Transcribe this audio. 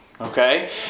okay